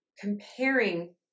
comparing